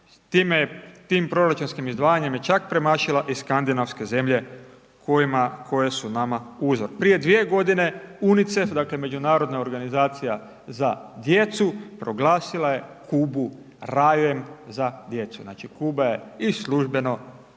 tim proračunskim izdvajanjem je čak premašila i skandinavske zemlje kojima, koje su nama uzor. Prije 2 godine UNICEF, dakle Međunarodna organizacija za djecu proglasila je Kubu rajem za djecu, znači Kuba je i službeno